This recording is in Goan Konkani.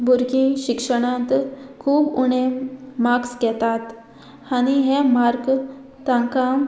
भुरगीं शिक्षणांत खूब उणें माक्स घेतात आनी हे मार्क तांकां